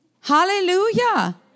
Hallelujah